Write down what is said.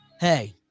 hey